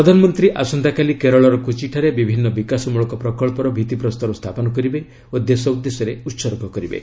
ପ୍ରଧାନମନ୍ତ୍ରୀ ଆସନ୍ତାକାଲି କେରଳର କୋଚିଠାରେ ବିଭିନ୍ନ ବିକାଶମୂଳକ ପ୍ରକଳ୍ପର ଭିଭିପ୍ରସ୍ତର ସ୍ଥାପନ କରିବେ ଓ ଦେଶ ଉଦ୍ଦେଶ୍ୟରେ ଉତ୍ସର୍ଗ କରିବେ